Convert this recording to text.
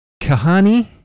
Kahani